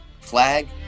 flag